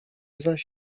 zaś